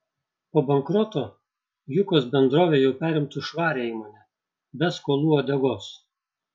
po bankroto jukos bendrovė jau perimtų švarią įmonę be skolų uodegos